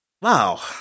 wow